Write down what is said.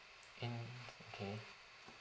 in okay